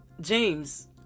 James